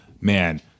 man